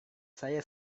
saya